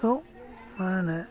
औ मा होनो